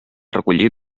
recollir